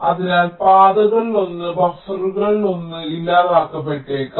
അതിനാൽ പാതകളിലൊന്ന് ബഫറുകളിൽ ഒന്ന് ഇല്ലാതാക്കപ്പെട്ടേക്കാം